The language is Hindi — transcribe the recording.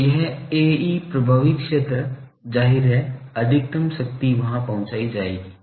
तो यह Ae प्रभावी क्षेत्र जाहिर है अधिकतम शक्ति वहां पहुंचाई जाएगी